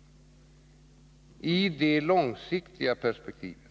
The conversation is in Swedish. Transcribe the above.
Om man försöker lösa problemen i det långsiktiga perspektivet